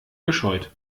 gescheut